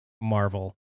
Marvel